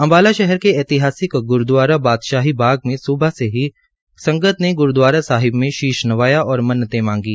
अम्बाला शहर के ऐतिहासिक ग्रूदवारा बादशाही बाग से सुबह से ही संगत ने ग्रूदवारा साहिब में शीश नवाया और मन्नते मांगी